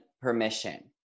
permission